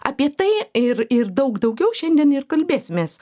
apie tai ir ir daug daugiau šiandien ir kalbėsimės